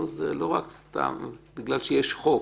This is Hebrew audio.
פה זה לא רק סתם בגלל שיש חוק,